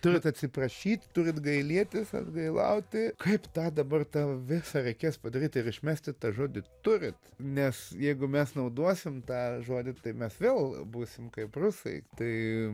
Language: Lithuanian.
turit atsiprašyt turit gailėtis atgailauti kaip tą dabar tą visą reikės padaryt ir išmesti tą žodį turit nes jeigu mes naudosim tą žodį tai mes vėl būsim kaip rusai tai